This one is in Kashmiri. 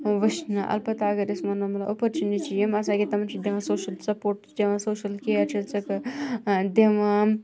وٕچھنہٕ اَلبَتہ اَگَر أسۍ وَنو مَطلَب اَپارچُنِٹی چھِ تِم آسان کہ تِمَن چھِ دِوان سوشَل سَپوٹ سوشَل کیر چھِس دِوان